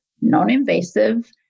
non-invasive